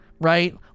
right